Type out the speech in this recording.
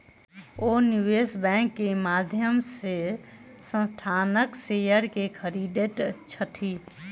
ओ निवेश बैंक के माध्यम से संस्थानक शेयर के खरीदै छथि